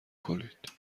کنید